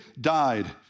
died